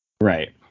right